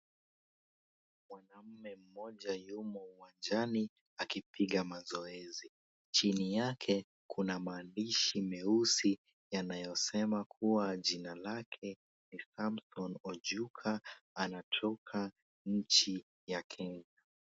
Mwanamme mmoja yumo uwanjani akipiga mazoezi, chini yake kuna maandishi meusi yanayosema kuwa jina lake ni Samson Ojuka anatoka inchi ya Kenya.